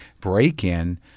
break-in –